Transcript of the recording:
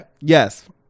Yes